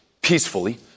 peacefully